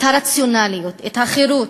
את הרציונליות, את החירות.